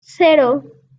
cero